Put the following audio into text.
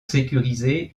sécuriser